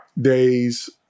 days